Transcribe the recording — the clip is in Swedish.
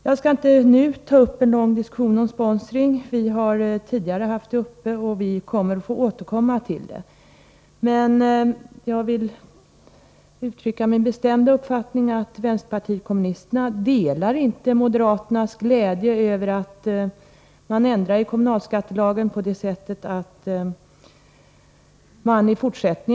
Jag skall inte ta upp en lång diskussion om sponsring. Vi har tidigare behandlat denna sak, och vi får anledning att återkomma till den. Men jag vill ge uttryck åt den bestämda uppfattningen, att vi inom vpk inte delar moderaternas glädje över att det görs en ändring i kommunalskattelagen så att kostnader för sponsring blir avdragsgilla.